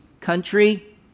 country